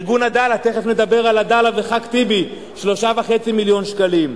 ארגון "עדאלה" תיכף נדבר על "עדאלה" וח"כ טיבי 3.5 מיליון שקלים,